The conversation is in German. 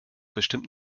bestimmt